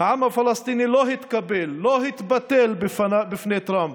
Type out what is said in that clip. העם הפלסטיני לא התקפל, לא התבטל בפני טראמפ.